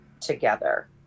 together